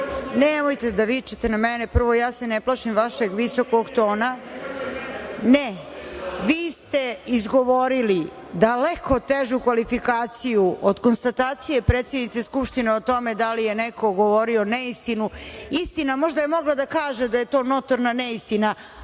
sali. Nemojte da vičete na mene. Prvo, ja se ne plašim vašeg visokog tona. Vi ste izgovorili daleko težu kvalifikaciju od konstatacije predsednice Skupštine o tome da li je neko govorio neistinu. Istina, možda je mogla da kaže da je to notorna neistina,